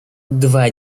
два